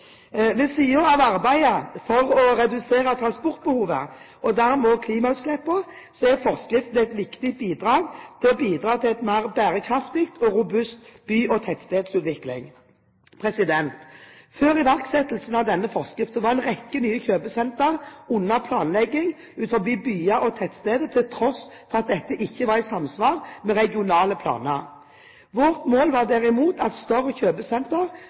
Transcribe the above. Ved siden av arbeidet for å redusere transportbehovet og dermed også klimautslippene er forskriften et viktig bidrag til en mer bærekraftig og robust by- og tettstedsutvikling. Før iverksettelsen av denne forskriften var en rekke nye kjøpesenter under planlegging utenfor byer og tettsteder, til tross for at dette ikke var i samsvar med regionale planer. Vårt mål var derimot at større